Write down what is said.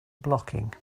blocking